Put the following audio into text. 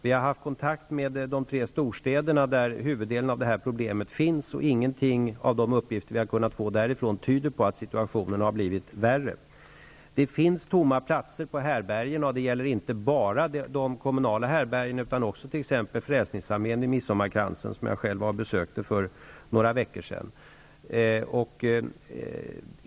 Vi har haft kontakt med de tre storstäderna, där huvuddelen av problemen finns, och ingenting i de uppgifter som vi har fått därifrån tyder på att situationen har blivit värre. Det finns tomma platser på härbärgena, och det gäller inte bara de kommunala härbärgena utan också hos Frälsningsarmén i Midsommarkransen, som jag själv besökte för några veckor sedan.